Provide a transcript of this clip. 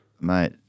Mate